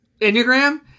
Enneagram